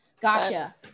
Gotcha